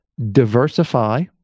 diversify